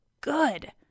good